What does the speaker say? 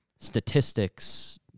statistics